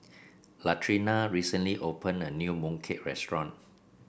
Latrina recently opened a new mooncake restaurant